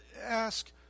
ask